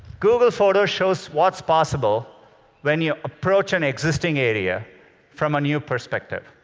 google photos shows what's possible when you approach an existing area from a new perspective.